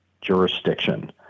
jurisdiction